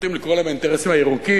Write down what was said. נוטים לקרוא להם "האינטרסים הירוקים",